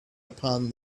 upon